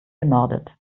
genordet